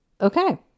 Okay